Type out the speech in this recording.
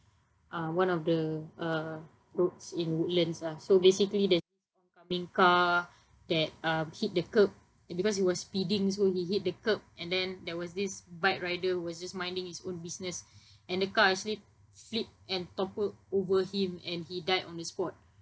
uh one of the uh roads in woodlands lah so basically there's coming car that um hit the curb and because he was speeding so he hit the curb and then there was this bike rider was just minding his own business and the car actually flipped and toppled over him and he died on the spot